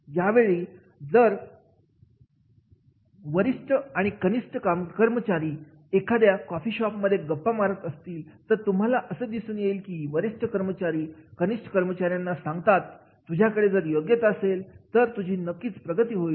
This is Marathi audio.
एखाद्यावेळी जर वरिष्ठ आणि कनिष्ठ कर्मचारी एखाद्या कॉफी शॉप मध्ये गप्पा मारत असतील तर तुम्हाला असं दिसून येईल ही वरिष्ठ कर्मचारी कनिष्ठ कर्मचाऱ्यांना सांगतात ' तुझ्याकडे जर योग्यता असेल तर तुझी नक्कीच प्रगती होईल